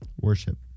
Worship